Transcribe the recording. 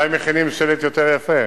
אולי מכינים שלט יותר יפה.